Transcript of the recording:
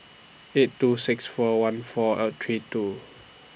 eight two six four one four Are three two